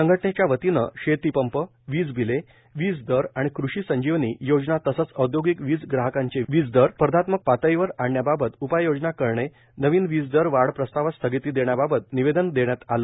संघटनेच्या वतीने शेतीपंप वीज बीले वीज दर आणि कृषी संजीवणी योजना तसेच औदयोगिक वीज ग्राहकांचे वीज दर स्पर्धात्मक पातळीवर आणणेबाबत उपाययोजना करणे नवीन वीज दर वाढ प्रस्तावास स्थगिती देणेबाबत निवेदन देण्यात आले